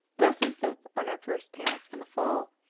lesson fifth on our first parents and the fall